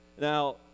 now